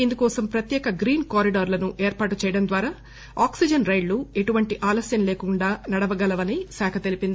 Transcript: ఇందుకోసం ప్రత్యేక గ్రీన్ కారిడార్లను ఏర్పాటు చేయడం ద్వారా ఆక్సిజన్ రైళ్ళు ఎటువంటి ఆలస్యం లేకుండా నడవగలవని శాఖ తెలిపింది